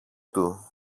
του